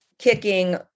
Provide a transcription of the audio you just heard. kicking